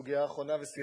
סוגיה אחרונה וסיימנו.